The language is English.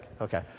Okay